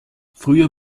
früher